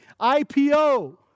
IPO